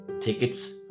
tickets